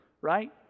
right